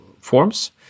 forms